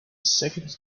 second